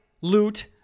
Loot